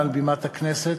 מעל בימת הכנסת,